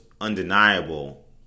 undeniable